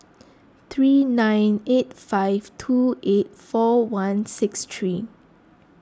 three nine eight five two eight four one six three